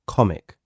Comic